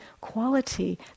quality